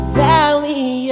valley